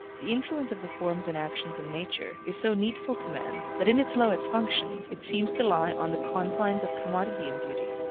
the influence of the forms and actions in nature, is so needful to man, that, in its lowest functions, it seems to lie on the confines of commodity and beauty.